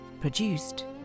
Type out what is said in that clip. produced